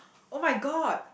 oh-my-god